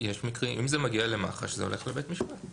אם זה מגיע למח"ש זה הולך לבית משפט,